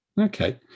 Okay